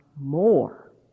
more